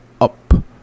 up